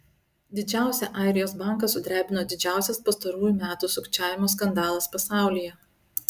didžiausią airijos banką sudrebino didžiausias pastarųjų metų sukčiavimo skandalas pasaulyje